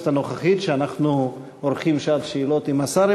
בכנסת הנוכחית שאנחנו עורכים שעת שאלות עם שר,